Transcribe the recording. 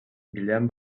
guillem